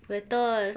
betul